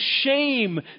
shame